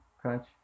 Crunch